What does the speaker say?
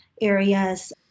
areas